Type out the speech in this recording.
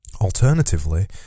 Alternatively